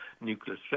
nuclear